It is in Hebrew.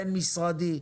דיון בין-משרדי,